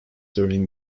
during